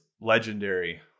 legendary